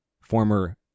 former